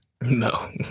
No